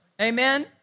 Amen